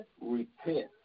repent